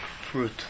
fruit